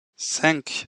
cinq